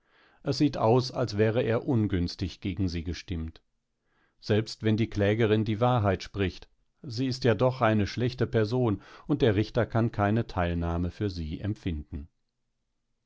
es sieht aus als wäre er ungünstig gegen sie gestimmt selbst wenn die klägerin die wahrheit spricht sie ist ja doch eine schlechte person und der richter kann keine teilnahme für sie empfinden